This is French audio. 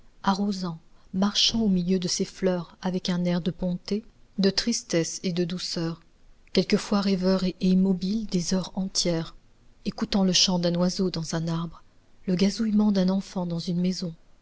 arrosant marchant au milieu de ses fleurs avec un air de bonté de tristesse et de douceur quelquefois rêveur et immobile des heures entières écoutant le chant d'un oiseau dans un arbre le gazouillement d'un enfant dans une maison